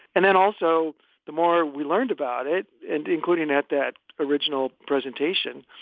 and then also the more we learned about it, and including at that original presentation,